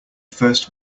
first